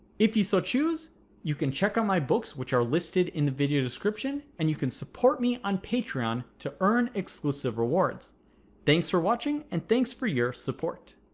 if you so choose you can check out my books which are listed in the video description. and you can support me on patreon to earn exclusive rewards thanks for watching and thanks for your support